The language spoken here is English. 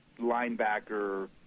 linebacker